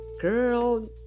girl